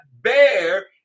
bear